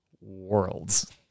worlds